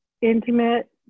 intimate